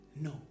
No